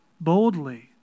Boldly